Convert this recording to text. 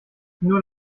nur